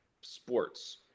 sports